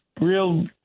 real